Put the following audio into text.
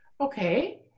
Okay